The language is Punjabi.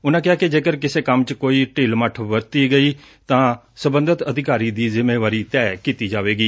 ਉਨਾ ਕਿਹਾ ਕਿ ਜੇਕਰ ਕਿਸੇ ਕੰਮ ਚ ਕੋਈ ਢਿੱਲ ਮੱਠ ਵਰਤੀ ਗਈ ਤਾ ਸਬੰਧਤ ਅਧਿਕਾਰੀ ਦੀ ਜਿੰਮੇਵਾਰੀ ਤੈਅ ਕੀਤੀ ਜਾਵੇਗੀ